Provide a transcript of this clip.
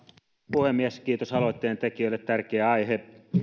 puhemies kiitos aloitteen tekijöille tärkeä aihe